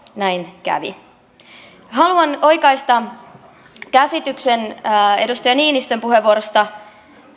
näin kävi haluan oikaista käsityksen edustaja niinistön puheenvuorosta